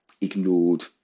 ignored